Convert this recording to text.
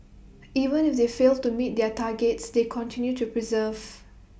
even if they failed to meet their targets they continue to persevere